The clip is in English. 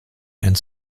and